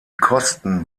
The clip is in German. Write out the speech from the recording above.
kosten